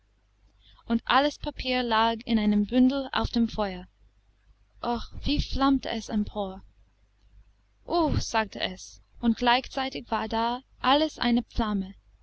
und alles papier lag in einem bündel auf dem feuer uh wie flammte es empor uh sagte es und gleichzeitig war da alles eine flamme